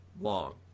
long